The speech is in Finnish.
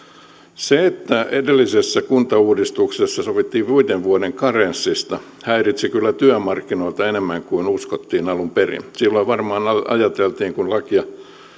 se että edellisessä kuntauudistuksessa sovittiin viiden vuoden karenssista häiritsi kyllä työmarkkinoita enemmän kuin uskottiin alun perin silloin varmaan ajateltiin kun lakia